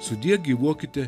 sudie gyvuokite